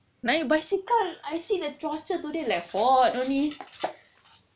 naik basikal I see the cuaca today like hot only